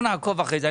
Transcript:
אנחנו נעקוב אחרי זה.